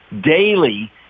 daily